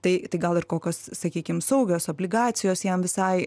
tai tai gal ir kokios sakykim saugios obligacijos jam visai